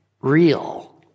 real